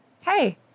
Hey